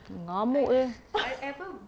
mengamuk jer ah